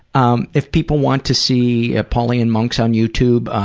um if people want to see pauly and monks on youtube,